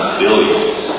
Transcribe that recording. billions